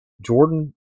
Jordan